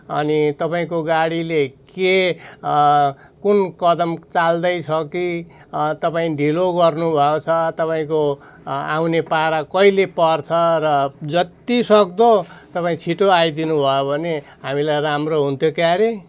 अनि तपाईँको गाडीले के कुन कदम चाल्दैछ कि तपाईँ ढिलो गर्नु भएको छ तपाईँको आउने पारा कहिले पर्छ र जत्तिसक्दो तपाईँ छिट्टो आइदिनुभयो भने हामीलाई राम्रो हुन्थ्यो क्यारे